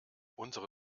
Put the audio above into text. unsere